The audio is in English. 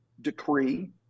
decree